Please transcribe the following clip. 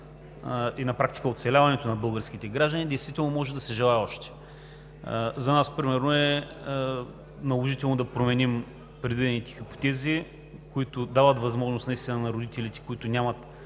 и на практика оцеляването на българските граждани, действително може да се желае още. За нас примерно е наложително да променим предвидените хипотези, които дават възможност наистина на родителите, които няма